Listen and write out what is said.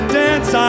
dance